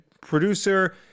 producer